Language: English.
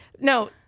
no